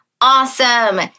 awesome